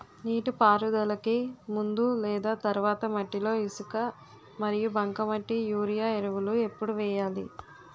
నీటిపారుదలకి ముందు లేదా తర్వాత మట్టిలో ఇసుక మరియు బంకమట్టి యూరియా ఎరువులు ఎప్పుడు వేయాలి?